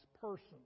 person